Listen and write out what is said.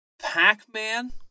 Pac-Man